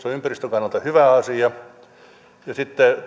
on ympäristön kannalta hyvä asia ja sitten